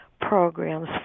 programs